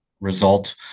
result